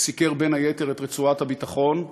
שסיקר בין היתר את רצועת הביטחון,